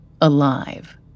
Alive